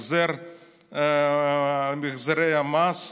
בהחזרי המס,